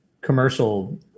commercial